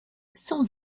cent